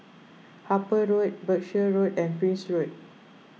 Harper Road Berkshire Road and Prince Road